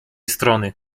strony